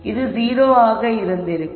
இது 0 ஆக இருந்திருக்கும்